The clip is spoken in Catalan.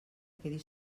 quedi